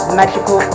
magical